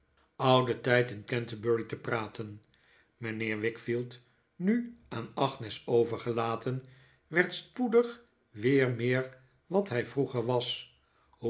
ouden tijd in canterbury te praten mijnheer wickfield nu aan agnes overgelaten werd spoedig weer meer wat hij vroeger was